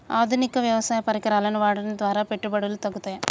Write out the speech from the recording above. ఆధునిక వ్యవసాయ పరికరాలను వాడటం ద్వారా పెట్టుబడులు తగ్గుతయ?